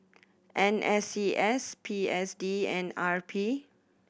N S C S P S D and R P